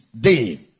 day